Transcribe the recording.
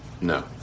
No